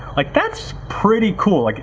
like that's pretty cool. like